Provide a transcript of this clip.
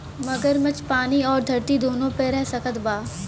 मगरमच्छ पानी अउरी धरती दूनो पे रह सकत बा